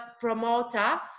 promoter